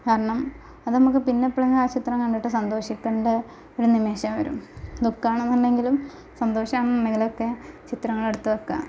കാരണം അത് നമുക്ക് പിന്നെ എപ്പോളെങ്കിലും ആ ചിത്രം കണ്ടിട്ട് സന്തോഷിക്കേണ്ട ഒരു നിമിഷം വരും ദു ഖമാണെന്നുണ്ടെങ്കിലും സന്തോഷമാണെന്നുണ്ടെങ്കിലും ഒക്കെ ചിത്രങ്ങൾ എടുത്ത് വയ്ക്കുക